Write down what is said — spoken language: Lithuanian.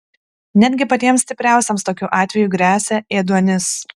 netgi patiems stipriausiems tokiu atveju gresia ėduonis